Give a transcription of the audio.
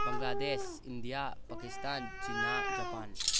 Bangladesh India Pakistan China Japan